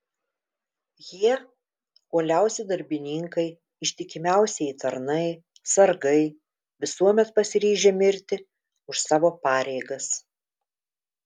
jie uoliausi darbininkai ištikimiausieji tarnai sargai visuomet pasiryžę mirti už savo pareigas